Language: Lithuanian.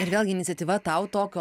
ir vėlgi iniciatyva tau tokio